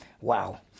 Wow